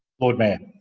lord mayor